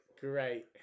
great